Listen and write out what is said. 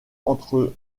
entre